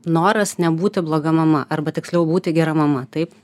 noras nebūti bloga mama arba tiksliau būti gera mama taip